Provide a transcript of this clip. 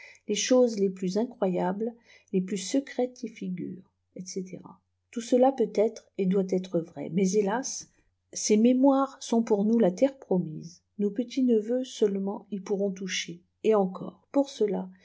les choses les plus incroyables les plus secrètes y figurent etc tout cela peut être et doit être vrai mais hélas ces mémoires sont pour nous la terre promise nos petits neveux seulement y pourront toucher et encore pour cela